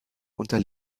unter